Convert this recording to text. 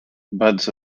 buds